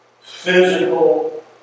physical